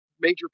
Major